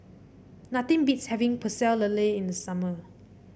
nothing beats having Pecel Lele in the summer